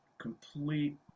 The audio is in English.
complete